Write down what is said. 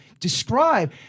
Describe